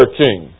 king